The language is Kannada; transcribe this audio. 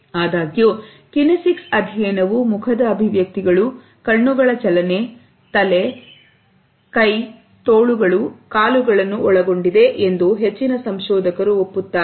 ಆದಾಗ್ಯೂ ಕಿನೆಸಿಕ್ಸ್ ಅಧ್ಯಯನವು ಮುಖದ ಅಭಿವ್ಯಕ್ತಿಗಳು ಕಣ್ಣುಗಳ ಚಲನೆ ತಲೆ ಕೈ ತೋಳುಗಳು ಕಾಲುಗಳನ್ನು ಒಳಗೊಂಡಿದೆಎಂದು ಹೆಚ್ಚಿನ ಸಂಶೋಧಕರು ಒಪ್ಪುತ್ತಾರೆ